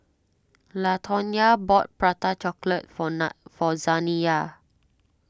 Latonya bought Prata Chocolate for nat for Zaniyah